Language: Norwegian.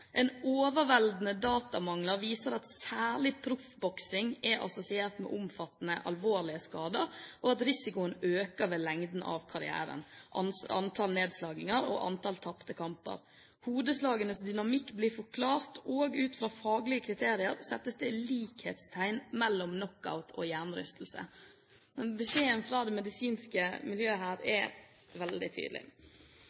overveldende datamengde viser at særlig proffboksing er assosiert med omfattende, alvorlige skader, og at risikoen øker med lengden av karrieren, antall nedslaginger og antall tapte kamper. Hodeslagenes dynamikk blir forklart, og ut fra faglige kriterier settes det likhetstegn mellom knockout og hjernerystelse.» Beskjeden fra det medisinske miljøet her er